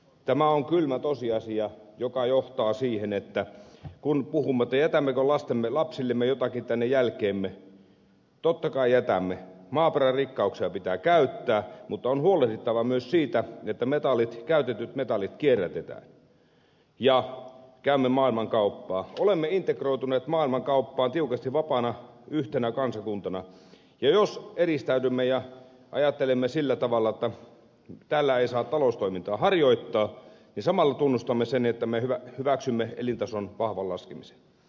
tämä on kylmä tosiasia joka johtaa siihen että kun puhumme jätämmekö lastenlapsillemme jotakin tänne jälkeemme totta kai jätämme maaperän rikkauksia pitää käyttää mutta on huolehdittava myös siitä että käytetyt metallit kierrätetään ja käymme maailmankauppaa olemme integroituneet maailmankauppaan tiukasti yhtenä vapaana kansakuntana jos eristäydymme ja ajattelemme sillä tavalla että täällä ei saa taloustoimintaa harjoittaa niin samalla tunnustamme sen että me hyväksymme elintason vahvan laskemisen